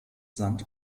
sand